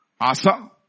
Asa